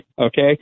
okay